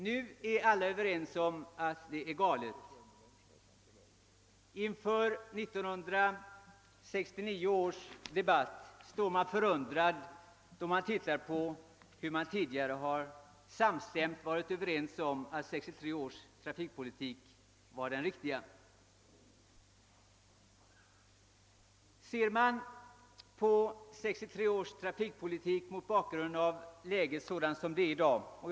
Nu är alla överens om att det är galet. Inför 1969 års debatt förundras man över hur alla tidigare var överens om att 1963 års trafikpolitik var den riktiga.